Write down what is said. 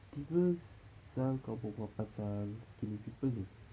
tiba-tiba sekarang kau berbual pasal skinny people ni